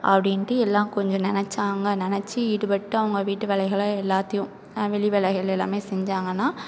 அப்படின்ட்டு எல்லாம் கொஞ்சம் நெனைச்சாங்க நெனைச்சி ஈடுபட்டு அவங்க வீட்டு வேலைகள் எல்லாத்தையும் வெளி வேலைகள் எல்லாம் செஞ்சாங்கன்னா